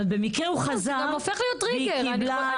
במקרה הוא חזר והיא קיבלה.